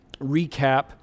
recap